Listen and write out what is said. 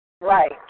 Right